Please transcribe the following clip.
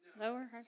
Lower